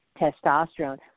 testosterone